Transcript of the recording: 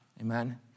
Amen